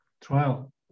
trial